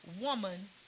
woman